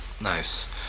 Nice